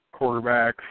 quarterbacks